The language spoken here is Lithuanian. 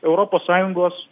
europos sąjungos